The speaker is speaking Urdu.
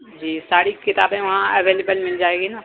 جی ساری کتابیں وہاں اویلیبل مل جائیں گی نا